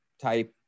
type